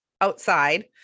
outside